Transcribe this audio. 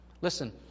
Listen